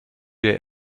der